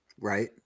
Right